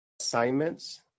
assignments